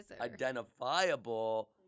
identifiable –